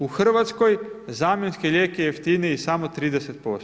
U Hrvatskoj zamjenski lijek je jeftiniji samo 30%